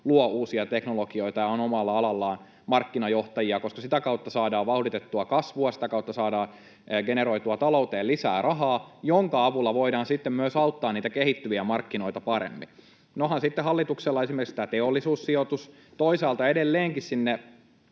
luovat uusia teknologioita ja ovat omalla alallaan markkinajohtajia, koska sitä kautta saadaan vauhditettua kasvua ja sitä kautta saadaan generoitua talouteen lisää rahaa, jonka avulla voidaan sitten myös auttaa niitä kehittyviä markkinoita paremmin. No onhan sitten hallituksella esimerkiksi tämä Teollisuussijoitus. Toisaalta edelleenkin sinne